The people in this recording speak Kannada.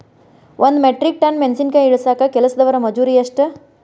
ಒಂದ್ ಮೆಟ್ರಿಕ್ ಟನ್ ಮೆಣಸಿನಕಾಯಿ ಇಳಸಾಕ್ ಕೆಲಸ್ದವರ ಮಜೂರಿ ಎಷ್ಟ?